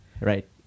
right